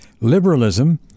liberalism